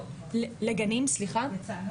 יצאנו.